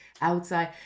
outside